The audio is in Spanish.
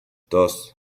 dos